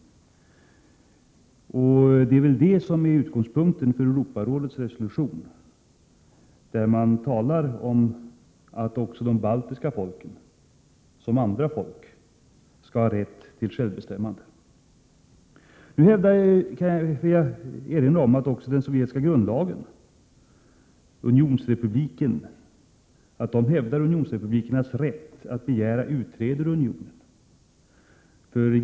Det är det som är utgångspunkten för Europarådets resolution, i vilken man talar om att också de baltiska folken, som andra folk, skall ha rätt till självbestämmande. Nu kan jag erinra om att också den sovjetiska grundlagen hävdar unionsrepublikernas rätt att begära utträde ur unionen.